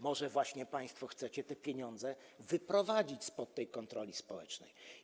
Może właśnie państwo chcecie te pieniądze wyprowadzić spod tej kontroli społecznej.